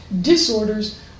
disorders